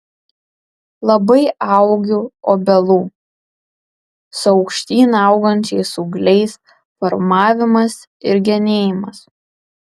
labai augių obelų su aukštyn augančiais ūgliais formavimas ir genėjimas